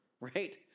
right